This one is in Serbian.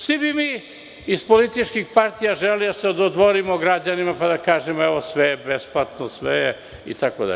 Svi bi mi iz političkih partija želeli da se dodvorimo građanima pa da kažemo – evo, sve je besplatno, itd.